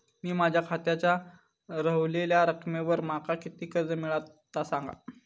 मी माझ्या खात्याच्या ऱ्हवलेल्या रकमेवर माका किती कर्ज मिळात ता सांगा?